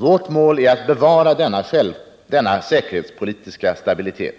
Vårt mål är att bevara denna säkerhetspolitiska stabilitet.